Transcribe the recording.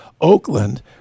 Oakland